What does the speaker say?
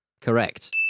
Correct